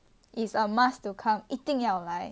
is a must to come 一定要来